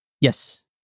Yes